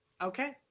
Okay